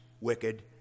wicked